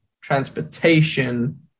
transportation